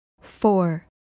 four